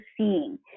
seeing